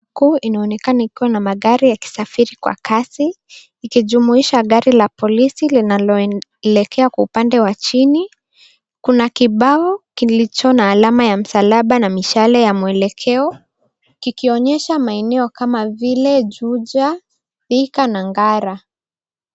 .. Kuu inaonekana kuwa na magari yakionekana yakisafiri kwa kasi, ikijumuisha gari la polisi linaloelekea kwa upande wa chini. Kuna kibao kilicho na alama ya msalaba na mishale ya mwelekeo, kikionyesha maeneo kama vile Juja, Thika na Ngara.